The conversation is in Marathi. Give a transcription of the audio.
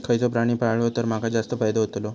खयचो प्राणी पाळलो तर माका जास्त फायदो होतोलो?